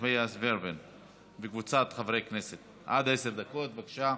2018. עד עשר דקות, בבקשה.